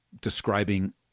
describing